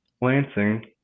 lansing